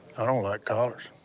i don't like collars.